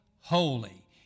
holy